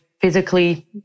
physically